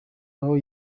aho